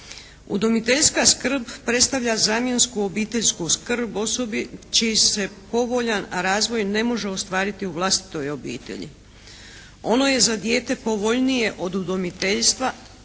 Udomiteljska skrb predstavlja zamjensku obiteljsku skrb osobi čiji se povoljan razvoj ne može ostvariti u vlastitoj obitelji, ono je za dijete povoljnije, od udomiteljstva